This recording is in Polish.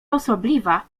osobliwa